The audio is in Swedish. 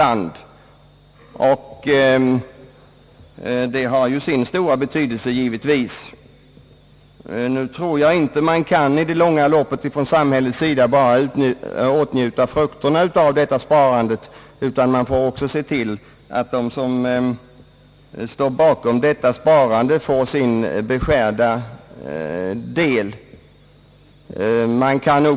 Försäkringssparandet har givetvis här sin stora betydelse, och jag tror att samhället i det långa loppet inte kan begränsa sig till att bara njuta frukterna av detta sparande -— man får också se till att de som svarar för sparandet får sin beskärda del av frukterna.